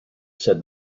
said